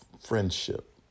friendship